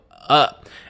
up